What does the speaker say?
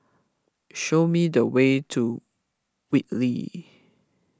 show me the way to Whitley